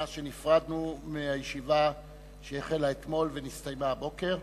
מאז שנפרדנו מהישיבה שהחלה אתמול והסתיימה הבוקר.